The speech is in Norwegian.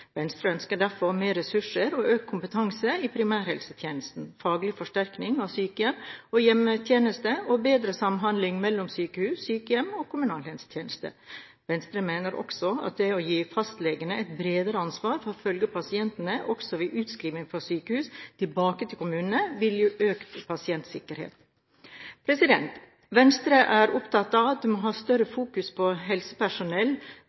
Venstre ønsker derfor mer ressurser og økt kompetanse i primærhelsetjenesten, faglig forsterkning av sykehjem og hjemmetjenester og bedre samhandling mellom sykehus, sykehjem og kommunehelsetjenesten. Venstre mener også at det å gi fastlegene et bredere ansvar for å følge pasientene, også ved utskrivning fra sykehus tilbake til kommunen, vil gi økt pasientsikkerhet. Venstre er opptatt av at vi må ha større fokus på at helsepersonell